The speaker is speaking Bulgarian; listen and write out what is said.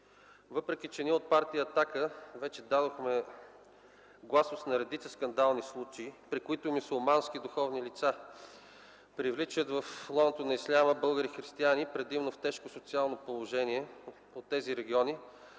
Въпреки че ние от партия „Атака” вече дадохме гласност на редица скандални случаи, при които мюсюлмански духовни лица привличат в лоното на исляма българи християни предимно в тежко социално положение от тези региони